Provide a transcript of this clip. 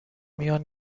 میان